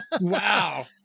Wow